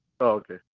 okay